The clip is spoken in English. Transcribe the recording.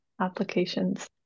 applications